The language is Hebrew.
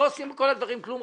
לא עושים בכל הדברים כלום,